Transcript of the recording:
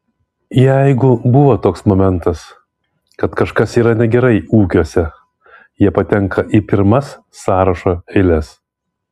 jeigu buvo toks momentas kad kažkas yra negerai ūkiuose jie patenka į pirmas sąrašo eiles